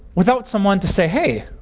without someone to say, hey,